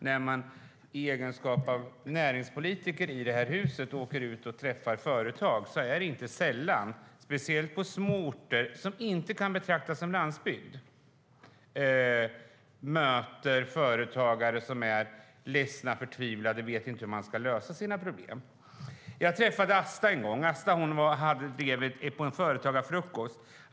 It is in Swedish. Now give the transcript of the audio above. När man i egenskap av näringspolitiker i det här huset åker ut och träffar företag är det nämligen inte sällan man - speciellt på små orter, som inte kan betraktas som landsbygd - möter företagare som är ledsna och förtvivlade och inte vet hur de ska lösa sina problem. Jag träffade Asta en gång på en företagarfrukost.